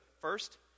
first